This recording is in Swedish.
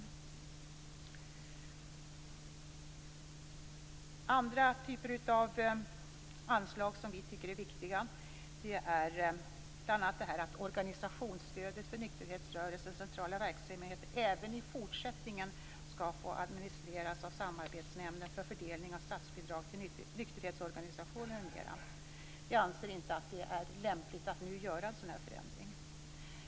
Det finns också andra typer av anslagsfrågor som vi tycker är viktiga. Det gäller bl.a. att organisationsstödet för nykterhetsrörelsens centrala verksamhet även i fortsättningen skall få administreras av Samarbetsnämnden för fördelning av statsbidrag till nykterhetsorganisationer m.m. Vi anser inte att det är lämpligt att nu göra denna förändring.